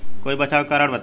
कोई बचाव के कारण बताई?